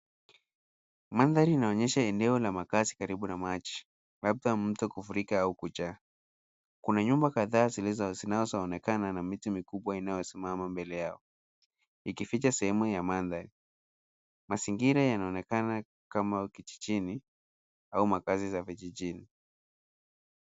Mandhari inaonyesha eneo la makazi karibu na maji, labda mto kufurika au kujaa. Kuna nyumba kadhaa zinazoonekana na miti mikubwa inayosimama mbele yao, ikificha sehemu ya mandhari. Mazingira yanaonekana kama kijijini au makazi za vijijini.